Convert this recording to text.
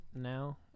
now